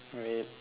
wait